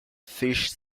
fish